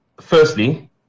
firstly